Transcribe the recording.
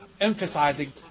emphasizing